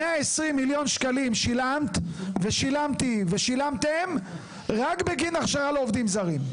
120 מיליון שקלים שילמת ושילמתי ושילמתם רק בגין הכשרה לעובדים זרים.